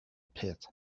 pit